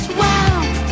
wow